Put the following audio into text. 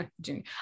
junior